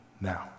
Now